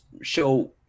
show